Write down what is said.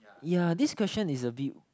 ya this question is a bit